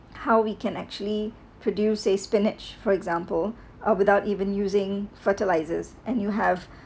how we can actually produce a spinach for example uh without even using fertilizers and you have